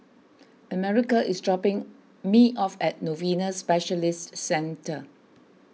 America is dropping me off at Novena Specialist Centre